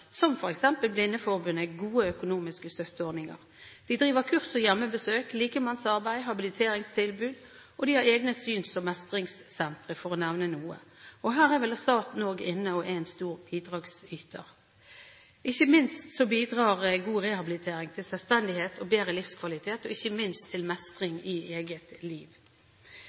som f.eks. Blindeforbundet, gode økonomiske støtteordninger. De driver med kurs, hjemmebesøk og likemannsarbeid og har habiliteringstilbud, og de har egne syns- og mestringssentre, for å nevne noe. Her er vel også staten inne og er en stor bidragsyter. Ikke minst bidrar god rehabilitering til selvstendighet og bedre livskvalitet – og, ikke minst, til mestring i eget liv.